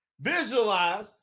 visualize